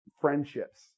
friendships